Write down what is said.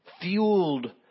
fueled